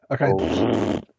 Okay